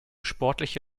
sportliche